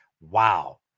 wow